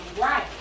Right